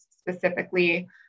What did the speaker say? specifically